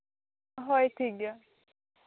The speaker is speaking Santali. ᱦᱳᱭ ᱴᱷᱤᱠ ᱜᱮᱭᱟ